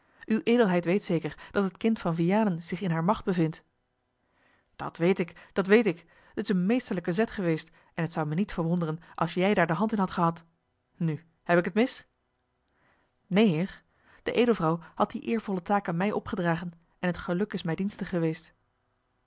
uwe edelheid weet zeker dat het kind van vianen zich in hare macht bevindt dat weet ik dat weet ik t is een meesterlijke zet geweest en het zou mij niet verwonderen als jij daar de hand in hadt gehad nu heb ik het mis neen heer de edelvrouw had die eervolle taak aan mij opgedragen en het geluk is mij dienstig geweest